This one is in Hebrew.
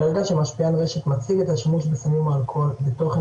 ברגע שמשפיען רשת מציג את השימוש בסמים או אלכוהול בתוכן